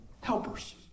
helpers